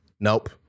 Nope